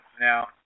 Now